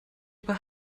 über